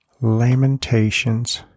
Lamentations